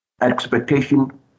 expectation